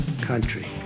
country